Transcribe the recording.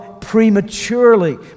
prematurely